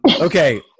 Okay